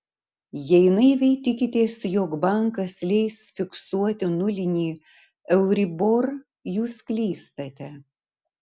jei naiviai tikitės jog bankas leis fiksuoti nulinį euribor jūs klystate